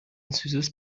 süßes